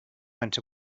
went